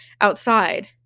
outside